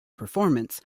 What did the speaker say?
performance